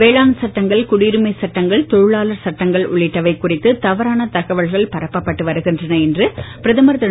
வேளாண் சட்டங்கள் குடியுரிமைச் சட்டங்கள் தொழிலாளர் சட்டங்கள் உள்ளிட்டவை குறித்த தவறான தகவல்கள் பரப்பப்பட்டு வருகின்றன என்று பிரதமர் திரு